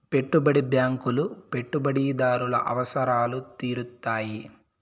పెట్టుబడి బ్యాంకులు పెట్టుబడిదారుల అవసరాలు తీరుత్తాయి